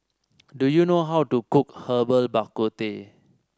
do you know how to cook Herbal Bak Ku Teh